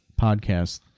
podcast